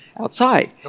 Outside